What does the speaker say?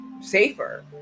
safer